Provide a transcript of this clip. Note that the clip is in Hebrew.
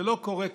זה לא קורה ככה.